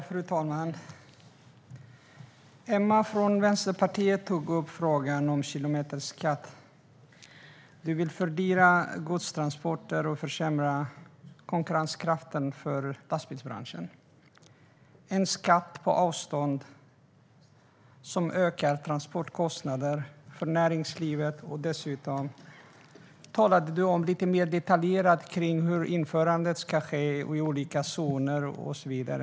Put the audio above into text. Fru talman! Emma från Vänsterpartiet tog upp frågan om kilometerskatt. Hon vill fördyra godstransporter och försämra konkurrenskraften för lastbilsbranschen. Det är en skatt på avstånd, som ökar transportkostnaderna för näringslivet. Dessutom talade du lite mer detaljerat om hur införandet ska ske i olika zoner och så vidare.